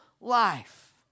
life